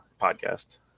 podcast